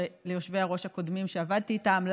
וליושבי-הראש הקודמים שעבדתי איתם,